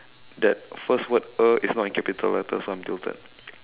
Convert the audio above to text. that first word a is not in capital letter so I'm tilted